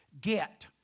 get